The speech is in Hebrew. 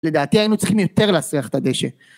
לדעתי היינו צריכים יותר להסריח את הדשא